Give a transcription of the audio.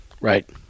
Right